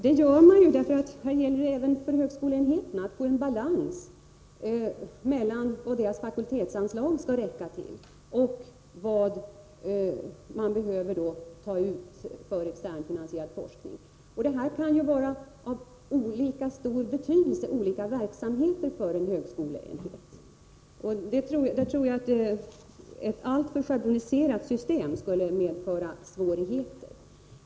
Det gör man därför att det även för högskoleenheterna gäller att få en balans mellan vad som skall täckas av fakultetsanslagen och vad som måste tas ut för externfinansierad forskning. Olika verksamheter kan ju här ha olika stor betydelse för en högskoleenhet. Jag tror därför att ett alltför schabloniserat system skulle medföra svårigheter.